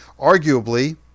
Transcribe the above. Arguably